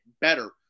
better